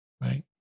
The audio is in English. right